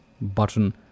button